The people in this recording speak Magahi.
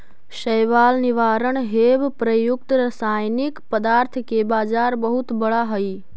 शैवाल निवारण हेव प्रयुक्त रसायनिक पदार्थ के बाजार बहुत बड़ा हई